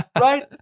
Right